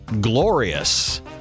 Glorious